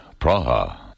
Praha